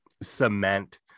cement